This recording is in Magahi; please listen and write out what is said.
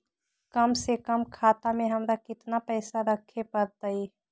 कम से कम खाता में हमरा कितना पैसा रखे के परतई?